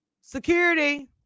Security